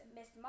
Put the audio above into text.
Miss